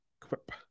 Quip